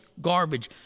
garbage